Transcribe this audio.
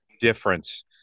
difference